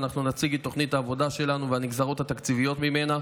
ואנחנו נציג את תוכנית העבודה שלנו והנגזרות התקציביות ממנה.